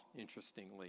interestingly